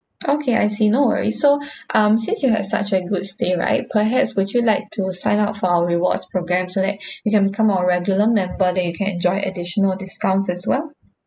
okay I see no worries so um since you had such a good stay right perhaps would you like to sign up for our rewards program so that you can become our regular member then you can enjoy additional discounts as well